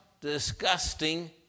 disgusting